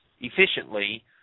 efficiently